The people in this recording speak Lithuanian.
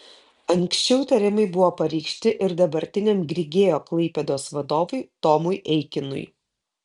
anksčiau įtarimai buvo pareikšti ir dabartiniam grigeo klaipėdos vadovui tomui eikinui